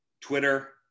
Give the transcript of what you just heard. Twitter